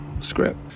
script